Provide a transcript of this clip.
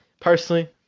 personally